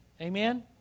amen